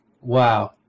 wow